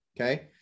Okay